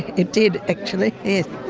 it did actually.